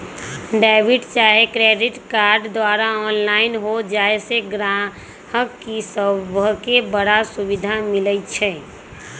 debit चाहे credit card द्वारा online हो जाय से गहकि सभके बड़ सुभिधा मिलइ छै